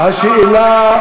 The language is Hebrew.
השאלה,